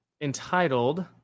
entitled